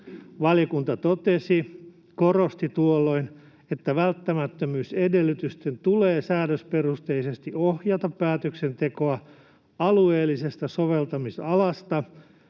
Valiokunta korosti tuolloin, että välttämättömyysedellytysten tulee säädösperusteisesti ohjata päätöksentekoa alueellisesta soveltamisalasta